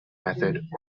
method